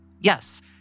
Yes